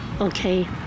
okay